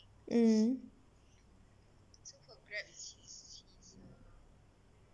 mm